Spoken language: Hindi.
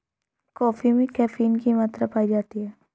कॉफी में कैफीन की मात्रा पाई जाती है